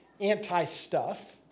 anti-stuff